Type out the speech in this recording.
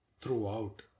throughout